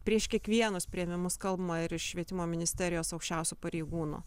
prieš kiekvienus priėmimus kalbama ir švietimo ministerijos aukščiausių pareigūnų